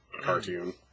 cartoon